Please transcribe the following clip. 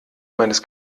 meines